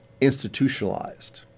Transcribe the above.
institutionalized